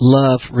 love